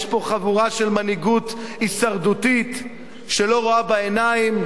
יש פה חבורה של מנהיגות הישרדותית שלא רואה בעיניים.